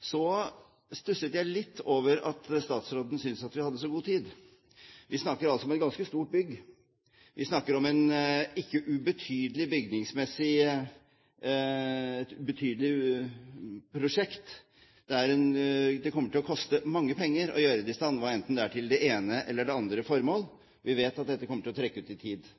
Så stusset jeg litt over at statsråden syntes vi hadde så god tid. Vi snakker om et ganske stort bygg. Vi snakker om et ikke ubetydelig prosjekt. Det kommer til å koste mange penger å gjøre det i stand, hva enten det er til det ene eller andre formål. Vi vet at dette kommer til å trekke ut i tid.